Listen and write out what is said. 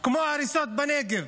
כמו ההריסות בנגב.